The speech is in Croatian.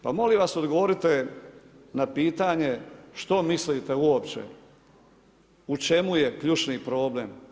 Pa molim vas, odgovorite na pitanje, što mislite uopće u čemu je ključni problem.